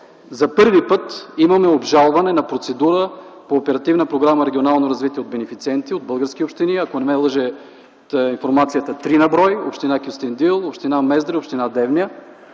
за първи път имаме обжалване на процедура по Оперативна програма „Регионално развитие” от бенефициенти, от български общини, ако не ме лъже информацията – три на брой: община Кюстендил, община Мездра и община Девня.